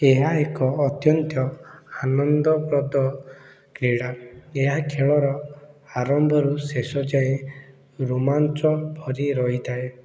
ଏହା ଏକ ଅତ୍ୟନ୍ତ ଆନନ୍ଦପ୍ରଦ କ୍ରୀଡ଼ା ଏହା ଖେଳର ଆରମ୍ଭରୁ ଶେଷ ଯାଏଁ ରୋମାଞ୍ଚ ଭରି ରହିଥାଏ